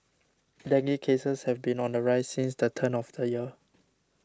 dengue cases have been on the rise since the turn of the year